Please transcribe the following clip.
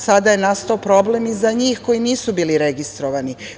Sada je nastao problem i za njih koji nisu bili registrovani.